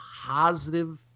positive